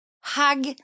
hug